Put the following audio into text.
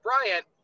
bryant